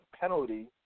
penalty